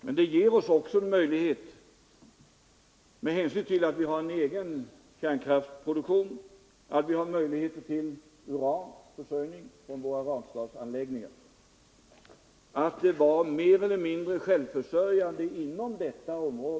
Men det ger oss också möjligheter till uranförsörjning från våra Ranstadsanläggningar, dvs. att vi blir mer eller mindre självförsörjande på detta område.